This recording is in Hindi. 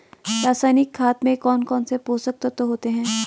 रासायनिक खाद में कौन कौन से पोषक तत्व होते हैं?